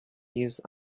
use